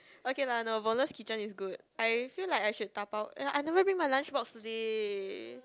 okay lah the Wallace Kitchen is good I feel like I should dabao I never bring my lunch box today